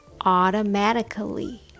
automatically